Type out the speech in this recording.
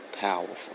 powerful